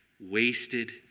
Wasted